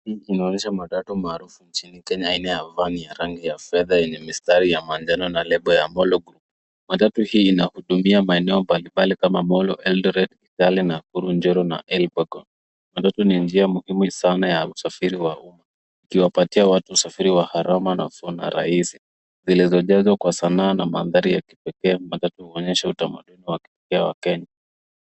Hii inaonyesha matatu maarufu nchini kenya aina ya vani ya rangi ya fedha yenye mistari ya manjano na lebo ya Molo group. Matatu hii ina hudumia maeneo mbalimbali kama Molo, Eldoret, Kitale, Njoro na Elbagon. Matatu ni njia muhimu sana kwa usafiri wa umma ikiwapatia watu usafiri wa gharama nafuu na rahisi zilizo jazwa kwa Sanaa na mandhari wa kipekee. Matatu huonyesha utamaduni wa kipekee wa kenya.